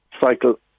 cycle